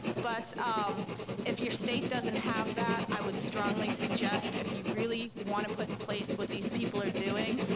but um if your state doesn't have that, i would strongly suggest if you really want to put in place what these people are doing,